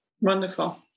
wonderful